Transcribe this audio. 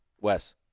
Wes